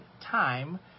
time